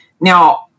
Now